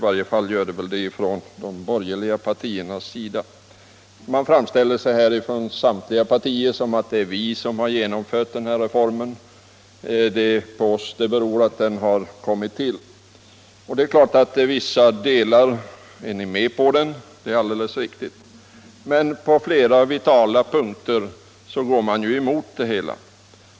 Samtliga partier framställer det som om det var de som hade möjliggjort den här reformen; det är på dem det beror att den har kommit till stånd. Till vissa delar är de också med på den — det är alldeles riktigt. Men på flera vitala punkter går de emot den.